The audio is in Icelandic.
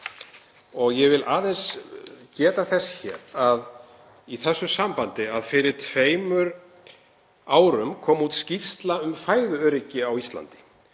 Ég vil aðeins geta þess í þessu sambandi að fyrir tveimur árum kom út skýrsla um fæðuöryggi á Íslandi.